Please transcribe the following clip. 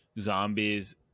zombies